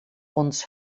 ons